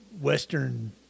Western